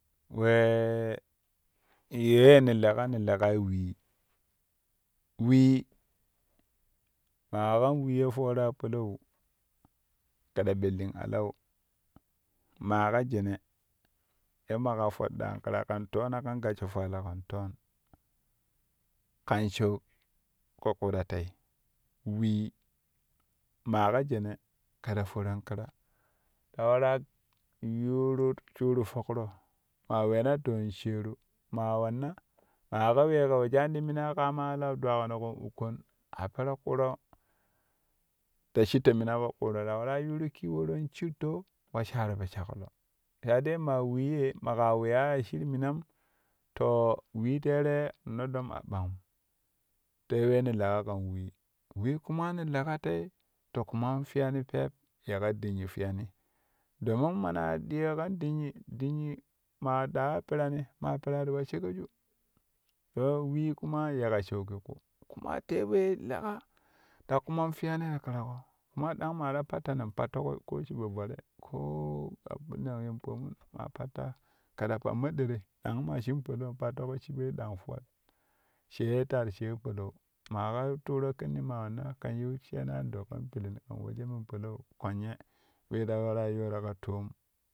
Weeee yee ne leƙa ne leƙai wee, wee maƙa kan weẹ ye foora palau kɛ ta ɓellin alau maa ka jene in maƙa fodɗaan ƙira kɛn roona ken gassho fuula kɛn toon kan sho ƙuƙƙu ta tei wee maa ka jene ƙe ta foran ƙira ta waraa yuuru shuru fokro maa weena doo in sheeru maa wanna ma ka we kɛ weeyan ti minai kaama alau dwakuno ta waraa yuuru kiworo in shitto wa shaaro po shaklo te yaddee ma wee ye maƙa weya a shiru minam to wee tere noɗɗom a ɓangum te we ne leƙa kan wee, wee kuma ne leƙa tei ti ƙuman fiyani pep yeƙa dinnyi fiyani domin mana diyo kan dinnyi, dinnyi maa dawa perani maa peraa ti wa shegeju to wee kuma yeƙa shaugi ƙu kuma te wee lek’a ta ƙuman ƙiyani ti ƙunaƙo ƙuma dang maa ta pattani in pattoƙo koo shiɓo vare koo abin nan yen pomun maa pattaa ƙe ta pammo ɗeri dang maa shin palau in pattaƙo shiɓoi dang fuwat shee tat shee palau ma ka tuuro kɛnni ma wanna kɛn yiu shenan ɗok kɛn pilin ken wejo men palau kwenye we ta wara yooro ka toom.